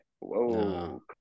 Whoa